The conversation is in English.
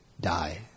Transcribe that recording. die